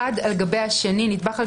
נדבך על גבי נדבך,